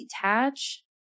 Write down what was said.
detach